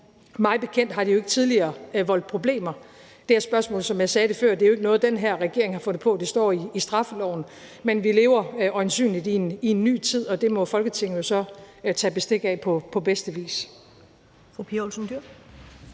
Mig bekendt har det her spørgsmål jo ikke tidligere voldt problemer. Som jeg sagde før, er det jo ikke noget, den her regering har fundet på; det står i straffeloven. Men vi lever øjensynlig i en ny tid, og det må Folketinget jo så tage bestik af på bedste vis.